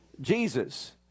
Jesus